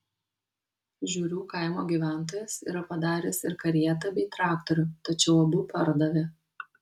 žiurių kaimo gyventojas yra padaręs ir karietą bei traktorių tačiau abu pardavė